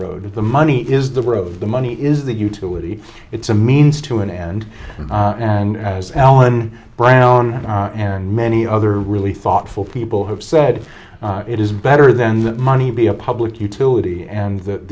road the money is the root of the money is the utility it's a means to an end and as alan brown and many other really thoughtful people have said it is better then that money be a public utility and that